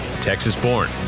Texas-born